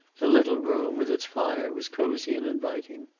the little room, with its fire, was cozy and inviting.